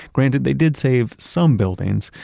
granted, they did save some buildings,